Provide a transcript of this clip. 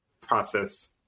process